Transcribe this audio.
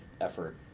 effort